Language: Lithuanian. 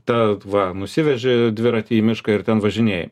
tad va nusiveži dviratį į mišką ir ten važinėji